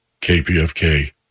KPFK